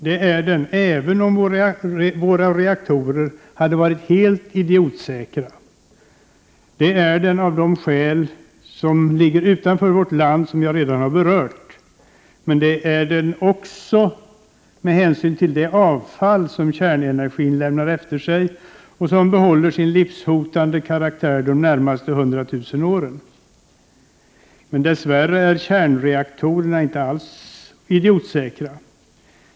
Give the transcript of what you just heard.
Det är den även om våra reaktorer hade varit helt idiotsäkra. Den är det av de skäl utanför vårt land som jag redan berört. Men den är det också med hänsyn till det avfall som kärnenergin lämnar efter sig som behåller sin livshotande karaktär de närmaste hundratusen åren. Dess värre är kärnreaktorerna inte alls idiotsäkra.